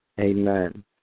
Amen